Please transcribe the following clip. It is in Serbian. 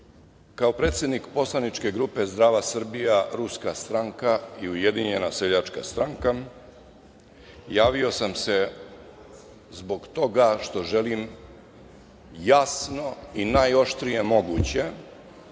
kao predsednik poslaničke grupe Zdrava Srbija – Ruska stranka i Ujedinjena seljačka stranka javio sam se zbog toga što želim jasno i najoštrije moguće